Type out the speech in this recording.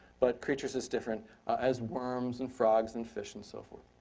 but creatures as different as worms, and frogs, and fish, and so forth.